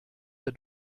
der